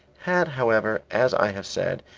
had, however, as i have said,